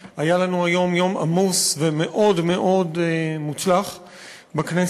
אכן היה לנו יום עמוס ומאוד מאוד מוצלח בכנסת.